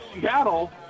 Seattle